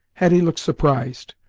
hetty looked surprised,